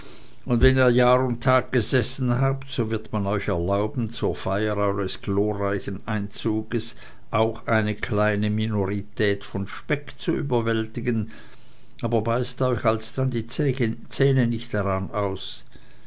und wenn ihr jahr und tag gesessen habt so wird man euch erlauben zur feier eures glorreichen einzuges auch eine kleine minorität von speck zu überwältigen aber beißt euch alsdann die zähne nicht daran aus